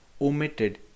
omitted